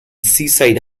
seaside